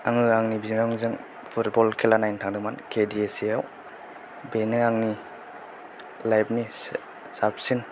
आङो आंनि बिनानावजों फुरटबल खेला नायनो थांदोंमोन के डि एस ए आव बेनो आंनि लाइफ नि साबसिन